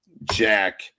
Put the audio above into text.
Jack